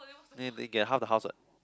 then after that you get half the house [what]